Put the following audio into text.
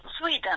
Sweden